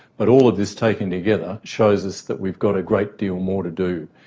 but all of this taken together shows us that we've got a great deal more to do.